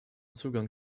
zugang